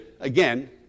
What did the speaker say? again